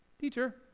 teacher